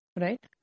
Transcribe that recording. Right